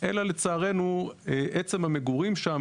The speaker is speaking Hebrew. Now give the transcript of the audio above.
אלא לצערנו עצם המגורים שם,